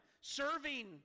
serving